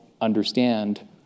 understand